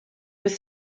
was